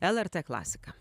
lrt klasika